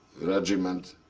regiment.